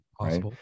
Right